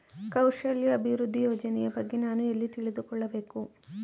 ಕೌಶಲ್ಯ ಅಭಿವೃದ್ಧಿ ಯೋಜನೆಯ ಬಗ್ಗೆ ನಾನು ಎಲ್ಲಿ ತಿಳಿದುಕೊಳ್ಳಬೇಕು?